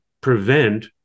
prevent